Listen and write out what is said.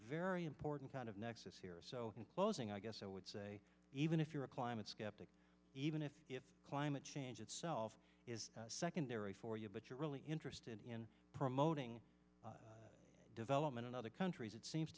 important kind of nexus here so in closing i guess i would say even if you're a climate skeptic even if climate change itself is second for you but you're really interested in promoting development in other countries it seems